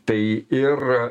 tai ir